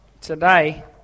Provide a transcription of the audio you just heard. today